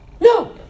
no